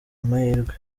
amahirwe